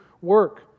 work